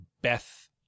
Beth